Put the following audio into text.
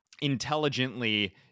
intelligently